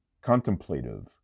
Contemplative